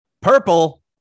purple